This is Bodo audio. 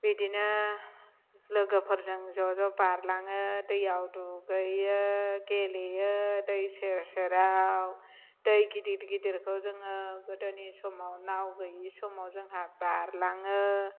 बिदिनो लोगोफोरजों ज' ज' बारलाङो दैयाव दुगैयो गेलेयो दै सेरसेराव दै गिदिर गिदिरखौ जोङो गोदोनि समाव नाउ गैयि समाव जोंहा बारलाङो